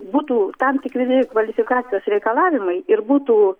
būtų tam tikri kvalifikacijos reikalavimai ir būtų